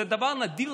זה דבר נדיר,